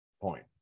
point